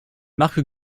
marc